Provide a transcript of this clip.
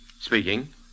Speaking